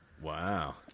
wow